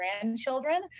grandchildren